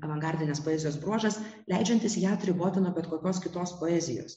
avangardinės poezijos bruožas leidžiantis ją atriboti nuo bet kokios kitos poezijos